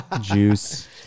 juice